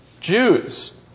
Jews